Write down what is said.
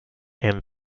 and